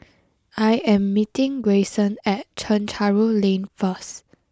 I am meeting Grayson at Chencharu Lane first